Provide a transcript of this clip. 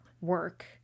work